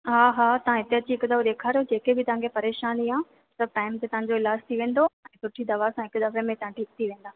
हा हा तव्हां हिते अची हिकु दफ़ो ॾेखारियो जेके बि तव्हांखे परेशानी आहे सभु टाईम ते तव्हांजो इलाजु थी वेंदो सुठी दवा सां तव्हां हिकु दफ़े में ठीकु थी वेंदा